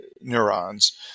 neurons